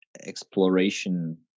exploration